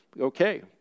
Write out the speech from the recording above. okay